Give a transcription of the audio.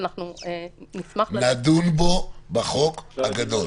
ואנחנו נשמח --- נדון בו בחוק הגדול.